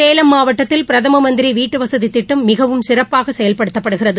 சேலம் மாவட்டத்தில் பிரதமமந்திரிவீட்டுவசதிதிட்டம் மிகவும் சிறப்பாகசெயல்படுத்தப்படுகிறது